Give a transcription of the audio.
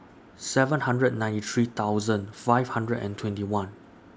seven hundred and ninety three thousand five hundred and twenty one